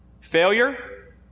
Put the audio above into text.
Failure